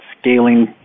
scaling